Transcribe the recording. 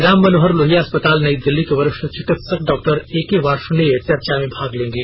राम मनोहर लोहिया अस्पताल नई दिल्ली के वरिष्ठ चिकित्सक डॉक्टर एके वार्षणेय चर्चा में भाग लेंगे